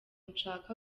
nshaka